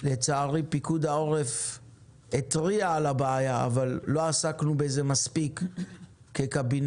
לצערי פיקוד העורף התריע על הבעיה אבל לא עסקנו בזה מספיק כקבינט.